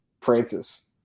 Francis